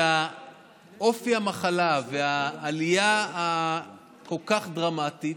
שאופי המחלה והעלייה הכל-כך דרמטית,